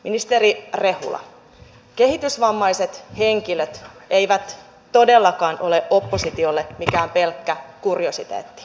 ministeri rehula kehitysvammaiset henkilöt eivät todellakaan ole oppositiolle mikään pelkkä kuriositeetti päinvastoin